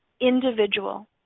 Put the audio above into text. individual